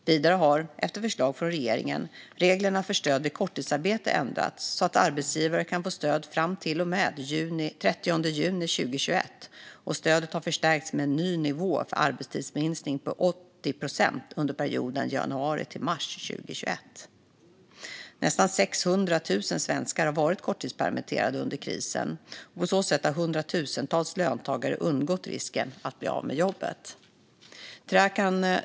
Vidare har, efter förslag från regeringen, reglerna för stöd vid korttidsarbete ändrats så att arbetsgivare kan få stöd fram till och med den 30 juni 2021, och stödet har förstärkts med en ny nivå för arbetstidsminskning på 80 procent under perioden januari-mars 2021. Nästan 600 000 svenskar har varit korttidspermitterade under krisen, och på så sätt har hundratusentals löntagare undgått risken att bli av med jobbet.